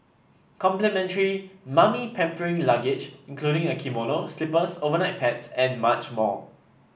complimentary 'mummy pampering luggage' including a kimono slippers overnight pads and much more